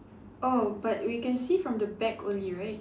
oh but we can see from the back only right